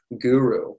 guru